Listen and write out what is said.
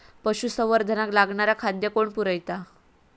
पशुसंवर्धनाक लागणारा खादय कोण पुरयता?